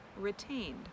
retained